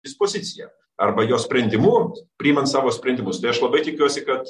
dispoziciją arba jo sprendimu priimant savo sprendimus tai aš labai tikiuosi kad